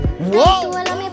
Whoa